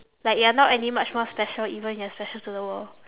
like you're not any much more special even you're special to the world